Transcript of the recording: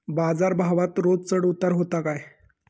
बाजार भावात रोज चढउतार व्हता काय?